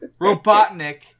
Robotnik